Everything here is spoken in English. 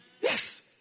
Yes